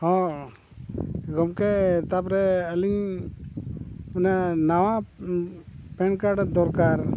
ᱦᱚᱸ ᱜᱚᱢᱠᱮ ᱛᱟᱯᱚᱨᱮ ᱟᱹᱞᱤᱧ ᱢᱟᱱᱮ ᱱᱟᱣᱟ ᱯᱮᱱ ᱠᱟᱨᱰ ᱫᱚᱨᱠᱟᱨ